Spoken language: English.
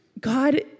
God